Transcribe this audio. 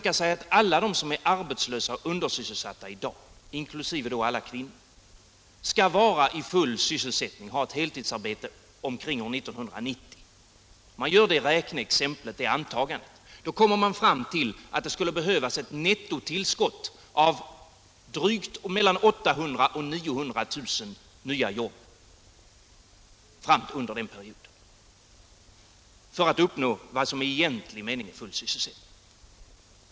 Om man antar att alla de som är arbetslösa och undersysselsatta i dag, inkl. kvinnor, Nr 47 skall ha ett heltidsarbete omkring år 1990, kommer man fram till att det Torsdagen den skulle behövas ett nettotillskott på mellan 800 000 och 900 000 nya jobb 16 december 1976 — alltså för att uppnå vad som i egentlig mening är full sysselsättning.